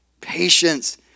patience